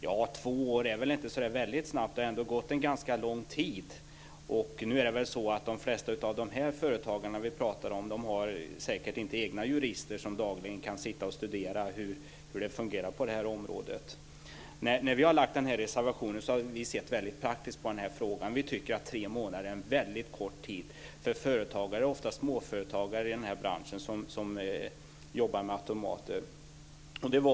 Ja, två år är väl inte så där väldigt snabbt. Det har ändå gått en ganska lång tid. De flesta av de företagare som vi talar om har säkert inte egna jurister som kan sitta och studera hur det fungerar på det här området. När vi har lagt vår reservation har vi sett väldigt praktiskt på frågan. Vi tycker att tre månader är en väldigt kort tid för företagare, oftast småföretagare, i branschen som jobbar med automater.